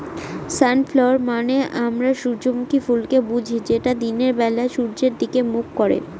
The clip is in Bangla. সনফ্ল্যাওয়ার মানে আমরা সূর্যমুখী ফুলকে বুঝি যেটা দিনের বেলা সূর্যের দিকে মুখ করে